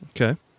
Okay